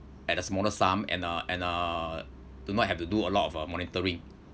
at a smaller sum and uh and uh do not have to do a lot of uh monitoring